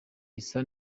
isa